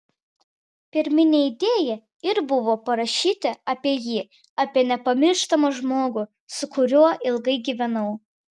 pirminė idėja ir buvo parašyti apie jį apie nepamirštamą žmogų su kuriuo ilgai gyvenau